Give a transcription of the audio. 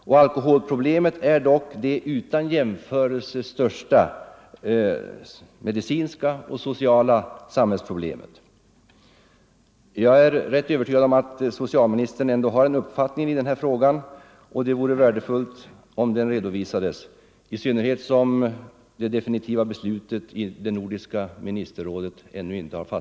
Och alkoholproblemet är dock det utan jämförelse största medicinska och sociala problemet i vårt samhälle. Jag är övertygad om att socialministern ändå har en uppfattning i denna fråga. Det vore värdefullt om den redovisades, i synnerhet som definitivt beslut ännu inte fattats i nordiska ministerrådet.